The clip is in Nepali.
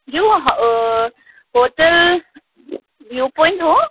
यो होटल भ्यू पोइन्ट हो